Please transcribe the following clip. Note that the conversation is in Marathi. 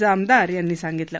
जामदार यांनी सांगितलं